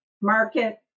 Market